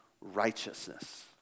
righteousness